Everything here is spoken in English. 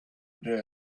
again